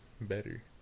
better